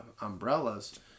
umbrellas